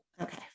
Okay